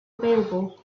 available